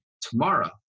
tomorrow